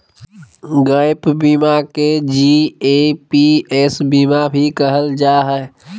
gap बीमा के GAPS बीमा भी कहल जा हय